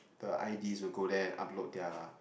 the I_D will go there upload their